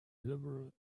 liberal